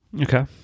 Okay